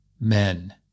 men